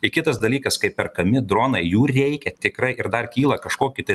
i kitas dalykas kai perkami dronai jų reikia tikrai ir dar kyla kažkoki tai